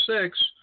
six